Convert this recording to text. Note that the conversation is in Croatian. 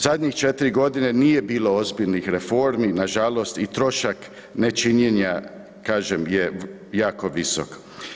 Zadnjih četiri godine nije bilo ozbiljnih reformi, nažalost i trošak nečinjenja kažem je jako visok.